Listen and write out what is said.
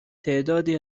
تعدادی